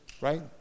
right